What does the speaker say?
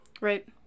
right